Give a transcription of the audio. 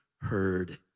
heard